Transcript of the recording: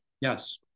Yes